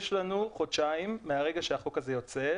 יש לנו חודשיים מהרגע שהחוק הזה יוצא,